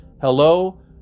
hello